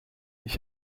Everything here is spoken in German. ich